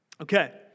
Okay